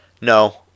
No